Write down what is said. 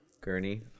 Gurney